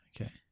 Okay